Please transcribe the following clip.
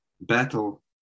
battle